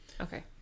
Okay